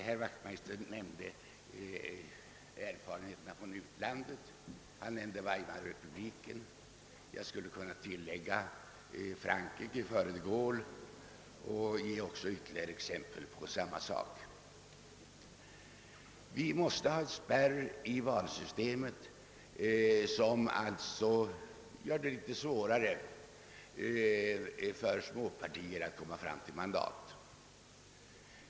Herr Wachtmeister åberopade erfarenheter från utlandet och nämnde Weimarrepubliken. Jag skulle kunna tillägga Frankrike fö re de Gaulle och anföra ytterligare exempel på samma sak. Vi måste ha en spärr i valsystemet som gör det litet svårare för småpartier att få mandat.